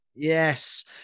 Yes